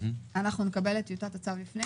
אנחנו נקבל את טיוטת הצו לפני?